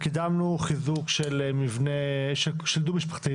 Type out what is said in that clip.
כזה וקידמנו חיזוק של מבנה דו משפחתי,